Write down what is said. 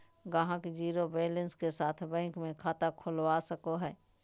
ग्राहक zero balance के साथ बैंक मे खाता खोलवा सको हय